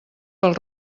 pel